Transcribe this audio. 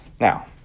Now